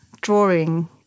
drawing